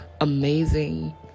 amazing